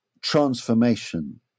transformation